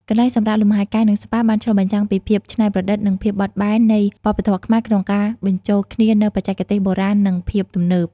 កន្លែងសម្រាកលំហែកាយ និងស្ប៉ាបានឆ្លុះបញ្ចាំងពីភាពច្នៃប្រឌិត និងភាពបត់បែននៃវប្បធម៌ខ្មែរក្នុងការបញ្ចូលគ្នានូវបច្ចេកទេសបុរាណនិងភាពទំនើប។